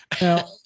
Now